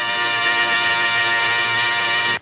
and